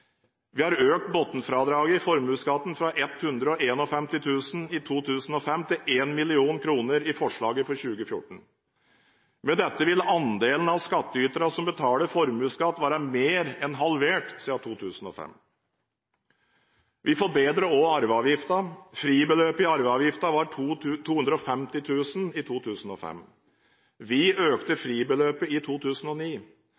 Vi har økt bunnfradraget i formuesskatten fra 151 000 kr i 2005 til 1 mill. kr i forslaget for 2014. Med dette vil andelen av skattyterne som betaler formuesskatt, være mer enn halvert siden 2005. Vi forbedrer også arveavgiften. Fribeløpet i arveavgiften var 250 000 kr i 2005. Vi økte